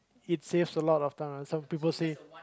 it saves a lot of time and some people say